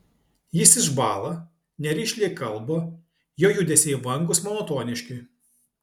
jis išbąla nerišliai kalba jo judesiai vangūs monotoniški